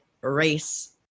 race